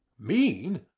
mean?